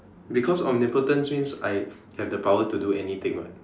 because omnipotence means I have the power to do anything [what]